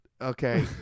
Okay